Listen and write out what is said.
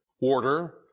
Order